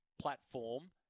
platform